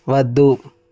వద్దు